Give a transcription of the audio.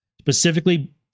Specifically